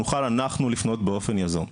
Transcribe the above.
שנוכל אנחנו לפנות באופן יזום.